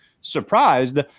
surprised